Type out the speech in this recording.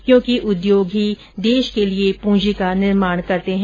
क्योंकि उद्योग ही देश के लिये पूंजी का निर्माण करते है